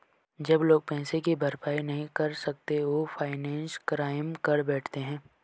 जब लोग पैसे की भरपाई नहीं कर सकते वो फाइनेंशियल क्राइम कर बैठते है